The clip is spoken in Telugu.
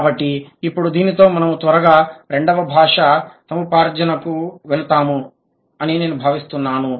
కాబట్టి ఇప్పుడు దీనితో మనము త్వరగా రెండవ భాషా సముపార్జనకు వెళతామని నేను భావిస్తున్నాను